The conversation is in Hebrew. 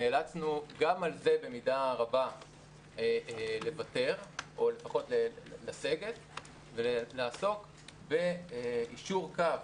נאלצנו גם על זה במידה רבה לוותר או לפחות לסגת ולעסוק ביישור קו